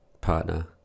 partner